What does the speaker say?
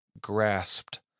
grasped